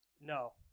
No